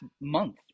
month